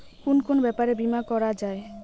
কুন কুন ব্যাপারে বীমা করা যায়?